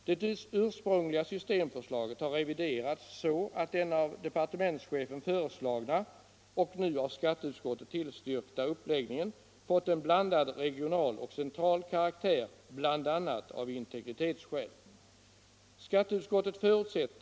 Det ursprungliga systemförslaget har reviderats så att den av departementschefen föreslagna - och nu av skatteutskottet tillstyrkta — uppläggningen fått en blandat re gional och central karaktär bl.a. av integritetsskäl. Skatteutskottet förutsätter.